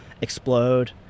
explode